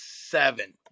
seven